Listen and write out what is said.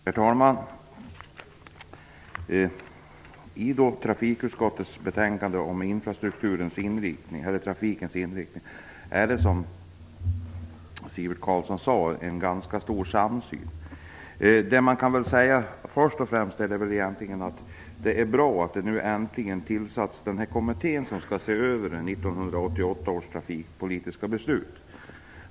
Herr talman! Trafikutskottets betänkande om trafikpolitikens inriktning präglas, som Sivert Carlsson sade, av en ganska stor samsyn. Det är bra att en kommitté äntligen tillsatts för att se över 1988 års trafikpolitiska beslut.